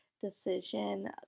decision